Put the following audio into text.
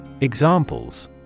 Examples